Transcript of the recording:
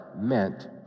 meant